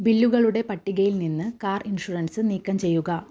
ബില്ലുകളുടെ പട്ടികയിൽ നിന്ന് car insurance നീക്കം ചെയ്യുക